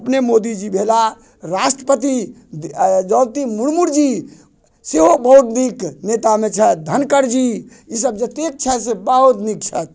अपने मोदी जी भेलाह राष्ट्रपति द्रौपदी मुर्मू जी सेहो बहुत नीक नेतामे छथि धनखड़ जी इसभ जतेक छथि से बहुत नीक छथि